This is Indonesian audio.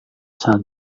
asal